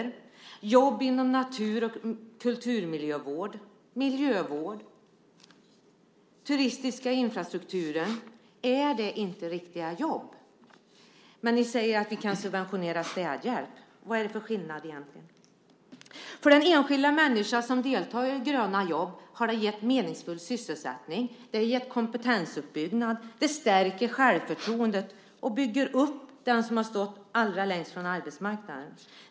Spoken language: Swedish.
Är inte jobb inom natur och kulturmiljövård, miljövård och den turistiska infrastrukturen riktiga jobb? Ni säger ju att ni kan subventionera städhjälp. Vad är egentligen skillnaden? För den enskilda människa som deltar i Gröna jobb ger det meningsfull sysselsättning. Det ger kompetensuppbyggnad, stärker självförtroendet och bygger upp den som har stått allra längst från arbetsmarknaden.